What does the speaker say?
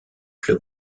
club